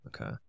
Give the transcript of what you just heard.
Okay